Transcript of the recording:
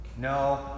no